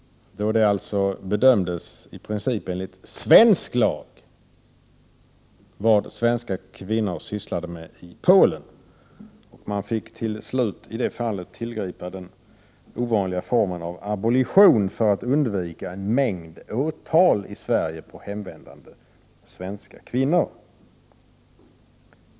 I detta fall bedömdes svenska kvinnors handlande i Polen utifrån svensk lagstiftning. Man fick till slut i detta fall tillgripa den ovanliga åtgärden abolition för att undvika en mängd åtal i Sverige mot hemvändande svenska kvinnor.